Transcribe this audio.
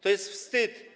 To jest wstyd.